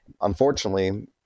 Unfortunately